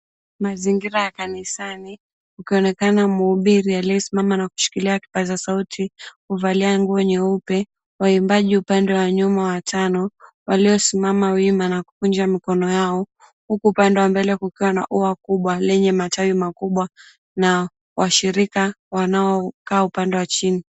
Mazingira ya kanisani kukionekana mhubiri aliyesimama na kushikilia kipaza sauti kuvalia nguo nyeupe waimbaji upande wa nyuma watano waliosimama wima na kukinja mikono yao huku upande wa mbele kukiwa na ua kubwa lenye matawi makubwa na washirika wanaokaa upande wa chini.